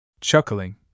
Chuckling